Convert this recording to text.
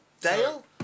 Dale